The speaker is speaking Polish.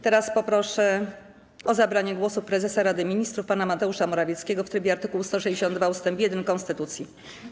Teraz poproszę o zabranie głosu prezesa Rady Ministrów pana Mateusza Morawieckiego w trybie art. 162 ust. 1 Konstytucji RP.